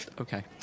Okay